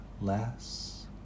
less